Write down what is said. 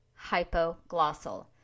hypoglossal